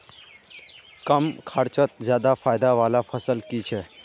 कम खर्चोत ज्यादा फायदा वाला फसल की छे?